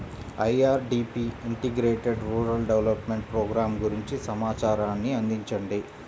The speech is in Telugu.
IRDP integrated rural development program గురించి సమాచారాన్ని అందించండి?